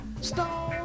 stone